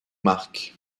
marque